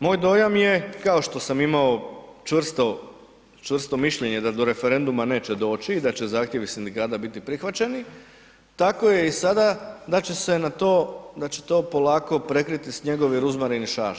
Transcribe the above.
Moj dojam je kao što sam imao čvrsto, čvrsto mišljenje da do referenduma neće doći i da će zahtjevi sindikata biti prihvaćeni, tako je i sada da će se na to, da će to polako prekriti snjegovi, ružmarin i šaš.